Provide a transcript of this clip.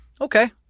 Okay